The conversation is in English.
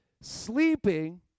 sleeping